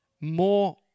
more